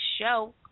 show